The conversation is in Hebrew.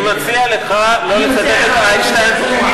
אני מציע לך לא לסבך את איינשטיין,